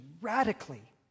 radically